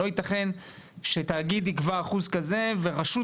לא יתכן שתאגיד יקבע אחוז כזה ורשות